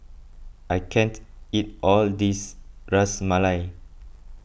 I can't eat all of this Ras Malai